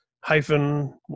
hyphen